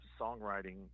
songwriting